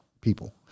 people